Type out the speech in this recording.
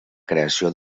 creació